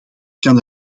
kan